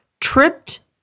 tripped